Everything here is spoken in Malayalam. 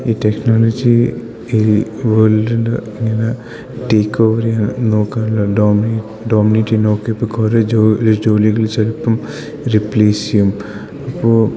ഈ ടെക്നോളജി ഈ വേൾഡിന്റെ ഇങ്ങനെ ടേക്ക് ഓവറ് ചെയ്യാൻ നോക്കാനുള്ള ഡോമിനേറ്റ് ചെയ്തു നോക്കിയപ്പം കുറേ ജോലികൾ ചിലപ്പം റിപ്ലേസ് ചെയ്യും അപ്പോൾ